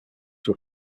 were